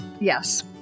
Yes